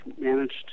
managed